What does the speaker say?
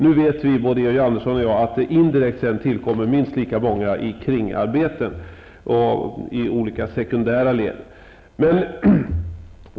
Nu vet både Georg Andersson och jag att det indirekt sedan tillkommer minst lika många i kringarbeten i olika sekundära led.